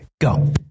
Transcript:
Go